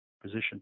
position